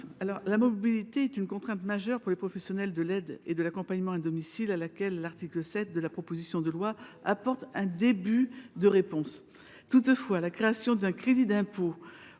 La mobilité constitue une contrainte majeure pour les professionnels de l’aide et de l’accompagnement à domicile, à laquelle l’article 7 de la présente proposition de loi apporte un début de réponse. Toutefois, la création d’un crédit d’impôt